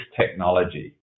technology